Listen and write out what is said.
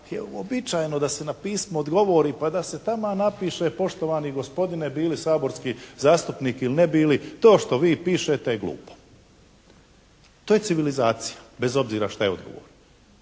je uobičajeno da se na pismo odgovori pa da se taman napiše poštovani gospodine bili saborski zastupnik ili ne bili, to što vi pišete je glupo. To je civilizacija, bez obzira šta je odgovor,